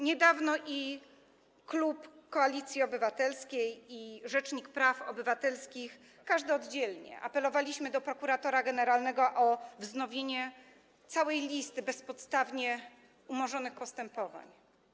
Niedawno klub Koalicji Obywatelskiej i rzecznik praw obywatelskich, każdy oddzielnie, apelowali do prokuratora generalnego o wznowienie całej listy bezpodstawnie umorzonych postępowań.